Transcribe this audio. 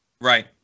Right